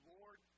Lord